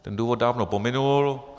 Ten důvod dávno pominul.